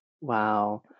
Wow